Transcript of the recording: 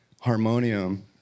harmonium